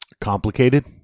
Complicated